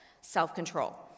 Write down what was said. self-control